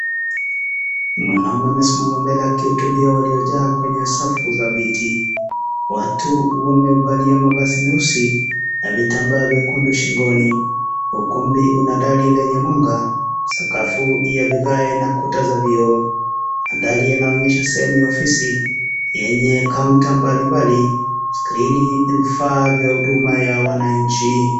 Mwanaume amesimama mbele akihutubia walio jaa kwenye safu za viti. Watu wamevalia mavazi meusi na vitambaa vyekundu shingoni ukumbi una dari lenye mwanga, sakafu ya vigae na kuta za vioo mandhari yanaonyesha sehemu ya ofisi yenye kaunta mbali mbali skrini vifaa vya huduma ya wananchi.